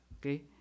okay